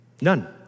None